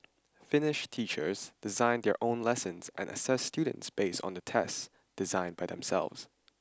Finish teachers design their own lessons and assess students based on tests designed by themselves